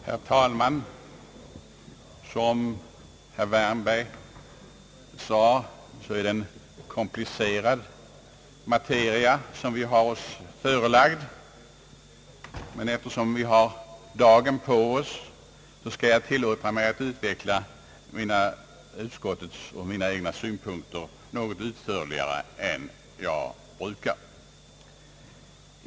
Herr talman! Som herr Wärnberg sade, är det en komplicerad materia som vi har oss förelagd, men eftersom vi har dagen på oss skall jag tillåta mig att utveckla utskottets och mina egna synpunkter något utförligare än jag brukar.